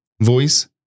voice